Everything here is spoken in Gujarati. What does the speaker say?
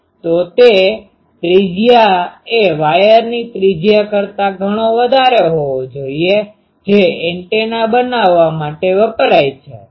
તો તે ત્રિજ્યા એ વાયરની ત્રિજ્યા કરતા ઘણો વધારે હોવો જોઈએ જે એન્ટેના બનાવવા માટે વપરાય છે